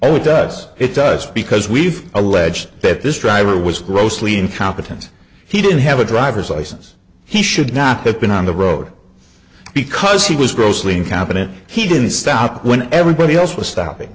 only does it does because we've alleged that this driver was grossly incompetent he didn't have a driver's license he should not have been on the road because he was grossly incompetent he didn't stop when everybody else was stopping